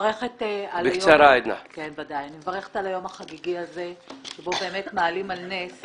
מברכת על היום החגיגי הזה שבו באמת מעלים על נס,